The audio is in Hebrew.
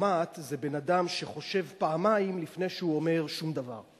שדיפלומט זה בן-אדם שחושב פעמיים לפני שהוא אומר שום דבר.